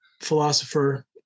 philosopher